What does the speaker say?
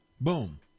boom